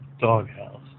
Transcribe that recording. Doghouse